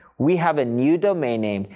we have a new domain name.